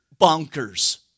bonkers